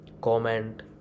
comment